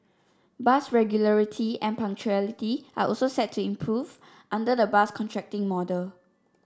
bus regularity and punctuality are also set to improve under the bus contracting model